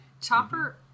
Chopper